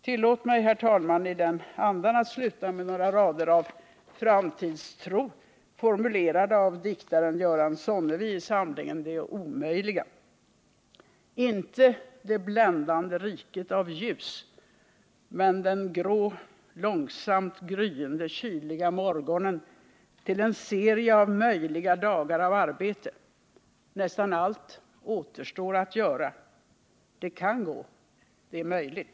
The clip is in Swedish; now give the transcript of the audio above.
Tillåt mig, herr talman, att i den andan sluta med några raders framtidstro, formulerade av diktaren Göran Sonnevi i samlingen Det omöjliga: Inte det bländande men den grå, långsamt gryende kyliga morgonen av möjliga dagar av arbete Nästan allt återstår att göra Det kan gå. Det är möjligt.